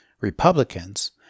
Republicans